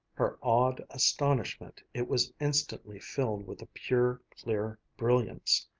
her awed astonishment it was instantly filled with a pure, clear brilliance,